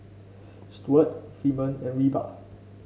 Stuart Freeman and Reba